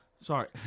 Sorry